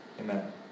Amen